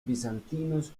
bizantinos